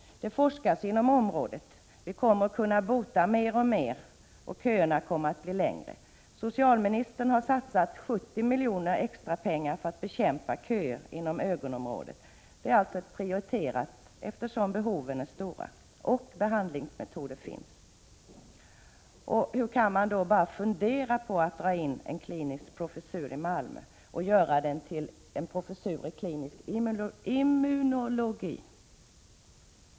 Det forskas inom området. Vi kommer att kunna bota fler och fler, och köerna kommer att bli längre. Socialministern har satsat 70 milj.kr. extra för att bekämpa köerna inom ögonområdet. Det är alltså ett prioriterat område, eftersom behoven är stora — och behandlingsmetoder finns. Hur kan man då bara fundera på att dra in en klinisk professur i Malmö och göra den till en professur i klinisk immunologi?